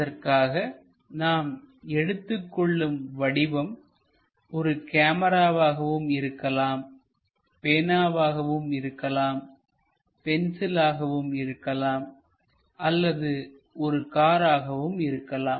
அதற்காக நாம் எடுத்துக் கொள்ளும் வடிவம் ஒரு கேமராவாகவும் இருக்கலாம் பேனாவாகவும் இருக்கலாம் பென்சில் ஆகவும் இருக்கலாம் அல்லது ஒரு கார் ஆகவும் இருக்கலாம்